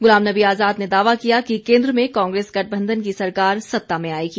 गुलाम नबी आजाद ने दावा किया कि केन्द्र में कांग्रेस गठबंधन की सरकार सत्ता में आएगी